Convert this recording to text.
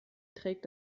trägt